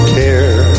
care